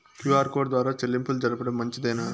QR code ద్వారా చెల్లింపులు జరపడం మంచిదేనా?